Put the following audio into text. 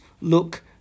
look